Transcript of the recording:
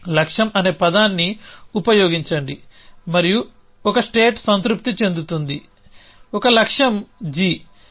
లక్ష్యం అనే పదాన్ని ఉపయోగించండి మరియు ఒక స్టేట్ సంతృప్తి చెందుతుంది ఒక లక్ష్యం g